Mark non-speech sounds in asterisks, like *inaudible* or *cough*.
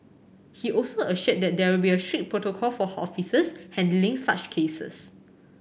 he also assured that there will be strict protocol for *unintelligible* officers handling such cases